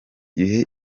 gihe